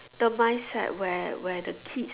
the mindset where where the kids